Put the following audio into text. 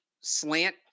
slant